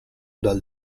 dal